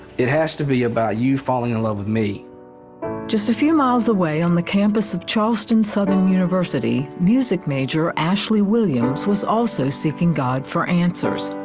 it has to be about you falling in love with me. reporter just a few miles away, on the campus of charleston southern university, music major ashley williams was also seeking god for answers.